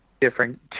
different